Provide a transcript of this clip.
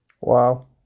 Wow